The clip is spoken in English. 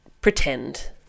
pretend